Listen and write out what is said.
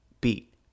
beat